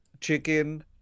Chicken